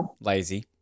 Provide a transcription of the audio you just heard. Lazy